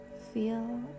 Feel